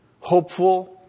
hopeful